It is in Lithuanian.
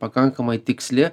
pakankamai tiksli